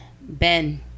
Ben